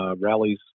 rallies